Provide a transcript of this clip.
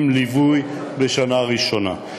עם ליווי בשנה הראשונה.